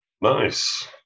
Nice